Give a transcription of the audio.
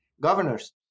governors